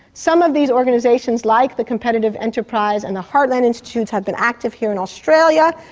some of these organisations like the competitive enterprise and the hartland institutes have been active here in australia.